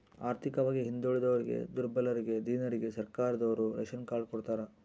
ಆರ್ಥಿಕವಾಗಿ ಹಿಂದುಳಿದೋರಿಗೆ ದುರ್ಬಲರಿಗೆ ದೀನರಿಗೆ ಸರ್ಕಾರದೋರು ರೇಶನ್ ಕಾರ್ಡ್ ಕೊಡ್ತಾರ